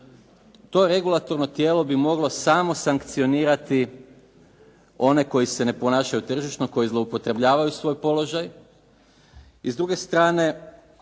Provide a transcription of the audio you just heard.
to regulatorno tijelo bi moglo samo sankcionirati one koji se ne ponašaju tržišno, koji zloupotrebljavaju svoj položaj. I s druge strane,